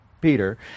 Peter